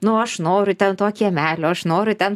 nu aš noriu ten to kiemelio aš noriu ten